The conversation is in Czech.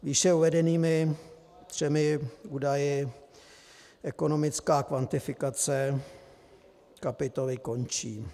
Výše uvedenými třemi údaji ekonomická kvantifikace kapitoly končí.